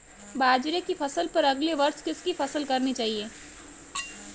बाजरे की फसल पर अगले वर्ष किसकी फसल करनी चाहिए?